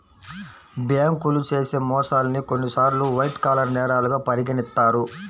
బ్యేంకులు చేసే మోసాల్ని కొన్నిసార్లు వైట్ కాలర్ నేరాలుగా పరిగణిత్తారు